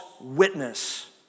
witness